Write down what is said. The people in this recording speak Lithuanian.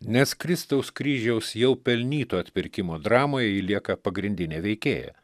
nes kristaus kryžiaus jau pelnytų atpirkimų dramoje ji lieka pagrindinė veikėja